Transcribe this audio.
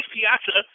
Piazza